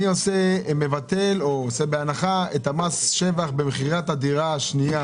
שאתה מבטל או עושה הנחה במס שבח במכירת דירה שנייה?